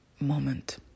moment